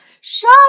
Shut